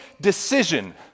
decision